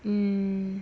mm